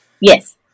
Yes